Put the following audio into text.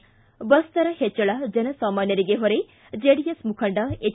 ಿ ಬಸ್ ದರ ಹೆಚ್ಚಳ ಜನಸಾಮಾನ್ಗರಿಗೆ ಹೊರೆ ಜೆಡಿಎಸ್ ಮುಖಂಡ ಹೆಚ್